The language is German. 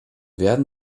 werden